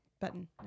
button